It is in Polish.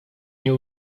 nie